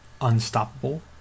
Unstoppable